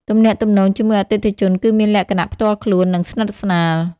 ទំនាក់ទំនងជាមួយអតិថិជនគឺមានលក្ខណៈផ្ទាល់ខ្លួន និងស្និទ្ធស្នាល។